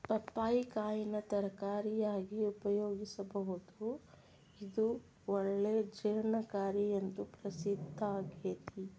ಪಪ್ಪಾಯಿ ಕಾಯಿನ ತರಕಾರಿಯಾಗಿ ಉಪಯೋಗಿಸಬೋದು, ಇದು ಒಳ್ಳೆ ಜೇರ್ಣಕಾರಿ ಎಂದು ಪ್ರಸಿದ್ದಾಗೇತಿ